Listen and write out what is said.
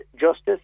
justice